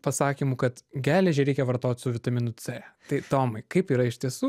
pasakymų kad geležį reikia vartot su vitaminu c tai tomai kaip yra iš tiesų